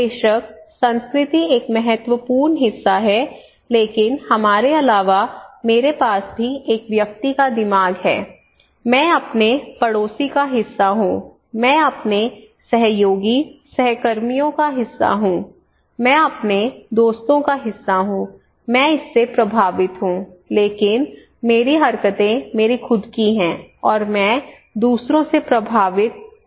बेशक संस्कृति एक महत्वपूर्ण हिस्सा है लेकिन हमारे अलावा मेरे पास भी एक व्यक्ति का दिमाग है मैं अपने पड़ोसी का हिस्सा हूं मैं अपने सहयोगी सहकर्मियों का हिस्सा हूं मैं अपने दोस्तों का हिस्सा हूं मैं इससे प्रभावित हूं लेकिन मेरी हरकतें मेरे खुद की हैं और मैं दूसरों से प्रभावित भी हूँ